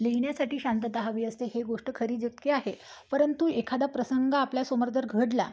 लिहिण्यासाठी शांतता हवी असते हे गोष्ट खरी जितके आहे परंतु एखादा प्रसंग आपल्यासमोर जर घडला